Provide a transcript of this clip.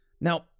Now